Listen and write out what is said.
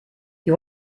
you